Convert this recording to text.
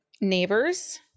neighbors